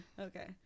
Okay